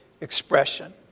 expression